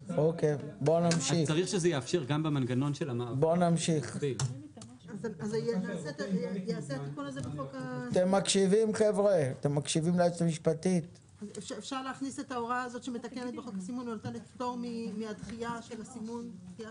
אפשר להכניס את ההוראה הזאת שנותנת פטור מהדחייה של הסימון למשך